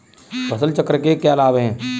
फसल चक्र के क्या लाभ हैं?